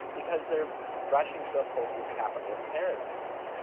because they're rushing to uphold these capitalist paradigms.